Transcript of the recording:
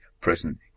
present